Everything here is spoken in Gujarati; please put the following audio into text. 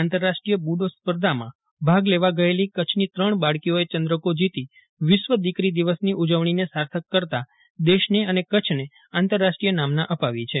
આંતરરાષ્ટ્રીય બૂ ડી સ્પર્ધામાં ભાગ લેવા ગયેલી કચ્છની ત્રણ બાળકીઓએ ચંદ્રકો જીતી વિશ્વ દીકરી દિવસની ઉજવણીને સાર્થક કરતાં દેશને અને કચ્છને આંતરરાષ્ટ્રીય નામના અપાવી છે